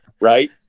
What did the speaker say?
right